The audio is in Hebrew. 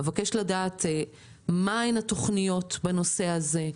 אבקש לדעת מהן התוכניות בנושא הזה,